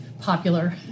popular